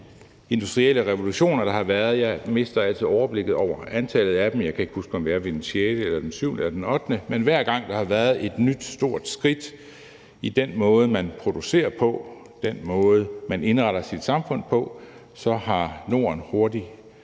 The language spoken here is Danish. industrielle revolutioner, der har været. Jeg mister altid overblikket over antallet af dem, jeg kan ikke huske, om vi er ved den sjette, den syvende eller den ottende, men hver gang der har været et nyt stort skridt i den måde, man producerer på, den måde, man indretter sit samfund på, så er Norden hurtigt